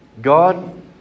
God